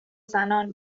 زنان